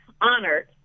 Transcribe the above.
honored